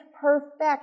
perfect